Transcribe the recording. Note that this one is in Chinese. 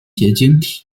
晶体